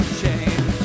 shame